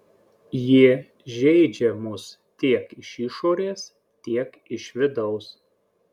jie žeidžia mus tiek iš išorės tiek iš vidaus